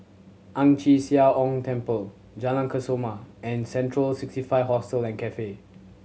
Ang Chee Sia Ong Temple Jalan Kesoma and Central Sixty Five Hostel and Cafe